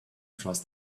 trust